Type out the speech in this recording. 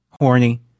Horny